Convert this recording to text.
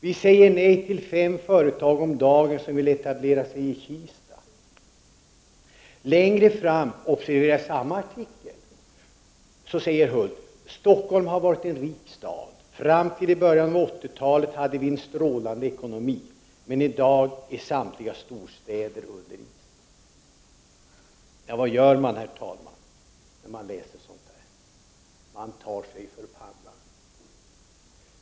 Vi säger nej till fem företag om dagen som vill etablera sig i Kista. Mats Hulth fortsätter längre fram i samma artikel: Stockholm har varit en rik stad. Fram till början av 80-talet hade vi en strålande ekonomi, men i dag är samtliga storstäder under is. Herr talman! Vad gör man när man läser sådant? Man tar sig för pannan.